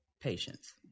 patients